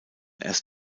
erst